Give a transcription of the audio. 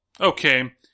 okay